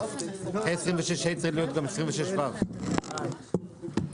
אחרי 26ה צריך להיות גם 26ו. טוב,